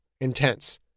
intense